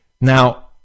Now